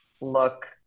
look